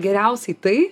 geriausiai tai